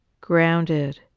Grounded